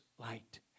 Light